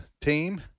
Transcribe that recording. team